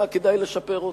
היה כדאי לשפר אותם.